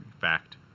Fact